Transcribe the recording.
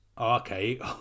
okay